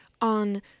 on